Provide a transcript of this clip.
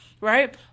right